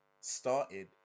started